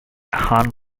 hung